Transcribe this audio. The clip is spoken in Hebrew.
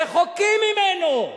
רחוקים ממנו,